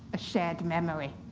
a shared memory.